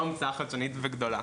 לא המצאה חדשנית וגדולה.